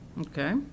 Okay